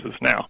now